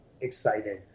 excited